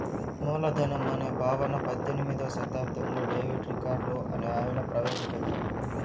మూలధనం అనే భావన పద్దెనిమిదో శతాబ్దంలో డేవిడ్ రికార్డో అనే ఆయన ప్రవేశ పెట్టాడు